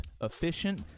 efficient